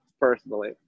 personally